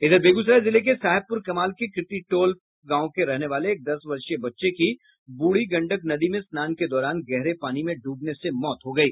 इधर बेगूसराय जिले के साहेबपुर कमाल के कृति टोल गांव के रहने वाले एक दस वर्षीय बच्चे की बूढ़ी गंडक नदी में स्नान के दौरान गहरे पानी में डूबने से मौत हो गयी